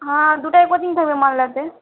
হাঁ দুটোই কোচিং করবে মালদাতে